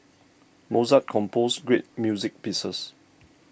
Mozart composed great music pieces